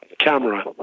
camera